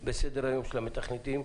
בסדר-היום של המתכנתים,